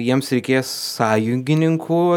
jiems reikės sąjungininkų